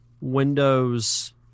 windows